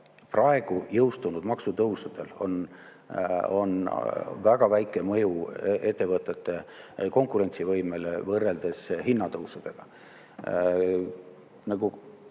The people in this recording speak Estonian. Praegu jõustunud maksutõusudel on väga väike mõju ettevõtete konkurentsivõimele võrreldes hinnatõusudega. Võin